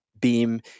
Beam